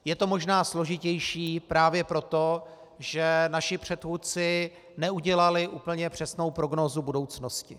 Je to možná složitější právě proto, že naši předchůdci neudělali úplně přesnou prognózu budoucnosti.